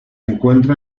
encuentra